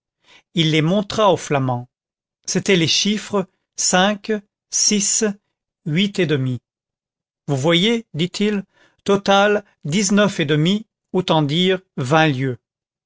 il les montra au flamand c'étaient les chiffres cinq six huit et demi vous voyez dit-il total dix-neuf et demi autant dire vingt lieues